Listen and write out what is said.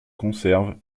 conserves